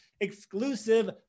exclusive